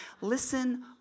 listen